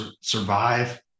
survive